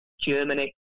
Germany